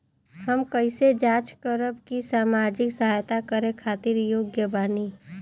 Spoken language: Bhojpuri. हम कइसे जांच करब की सामाजिक सहायता करे खातिर योग्य बानी?